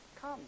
come